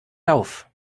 lauf